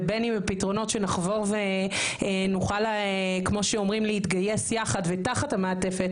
ובין אם בפתרונות של לחבור ונוכל להתגייס יחד ותחת המעטפת